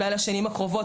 אולי לשנים הקרובות.